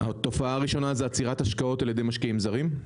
התופעה הראשונה היא עצירת השקעות על ידי משקיעים זרים,